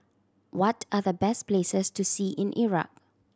what are the best places to see in Iraq